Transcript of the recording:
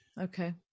Okay